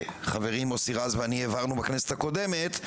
שחברי מוסי רז ואני העברנו בכנסת הקודמת,